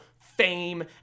fame